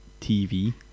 TV